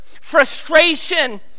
frustration